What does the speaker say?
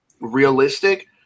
realistic